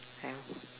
ya